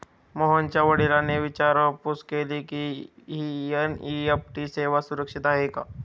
मोहनच्या वडिलांनी विचारपूस केली की, ही एन.ई.एफ.टी सेवा सुरक्षित आहे का?